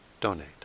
donate